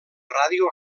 ràdio